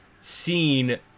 seen